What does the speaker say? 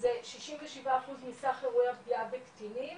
שזה 67 אחוז מסך אירועי הפגיעה בקטינים